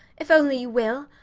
if only you will.